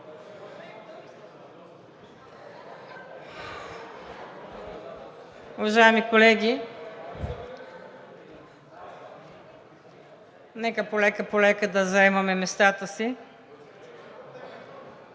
Уважаеми колеги, нека полека-полека заемем местата си.